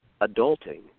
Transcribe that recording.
adulting